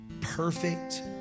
perfect